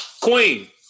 Queen